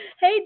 hey